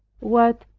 what,